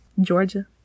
Georgia